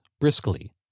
briskly